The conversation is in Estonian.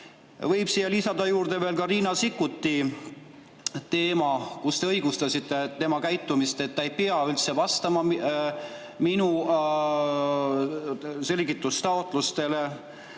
direktiive. Siia juurde võib lisada Riina Sikkuti teema, kui te õigustasite tema käitumist, et ta ei pea üldse vastama minu selgitustaotlustele.